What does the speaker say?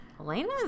Elena